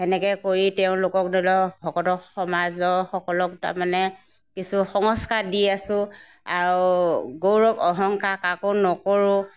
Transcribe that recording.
সেনেকৈ কৰি তেওঁলোকক ধৰি লওক ভকতৰ সমাজৰসকলক তাৰমানে কিছু সংস্কাৰ দি আছোঁ আৰু গৌৰৱ অহংকাৰ কাকো নকৰোঁ